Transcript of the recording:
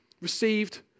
received